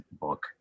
book